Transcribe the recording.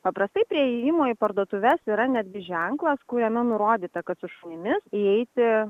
paprastai prie įėjimo į parduotuves yra netgi ženklas kuriame nurodyta kad su šunimis įeiti